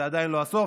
זה עדיין לא הסוף.